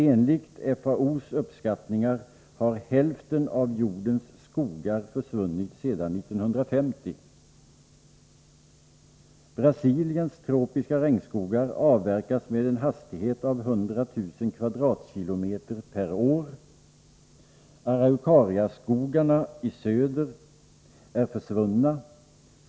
Enligt FAO:s uppskattningar har hälften av jordens skogar försvunnit sedan 1950. Brasiliens tropiska regnskogar avverkas med en hastighet av 100 000 km? per år. Araucariaskogarna i söder är försvunna.